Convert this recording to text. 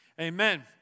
Amen